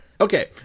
okay